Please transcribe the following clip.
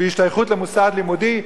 והשתייכות למוסד לימודי,